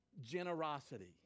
generosity